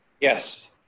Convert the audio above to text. Yes